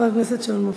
חבר הכנסת שאול מופז.